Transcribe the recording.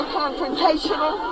confrontational